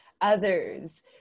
others